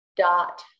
dot